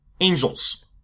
angels